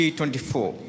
24